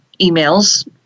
emails